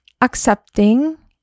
Accepting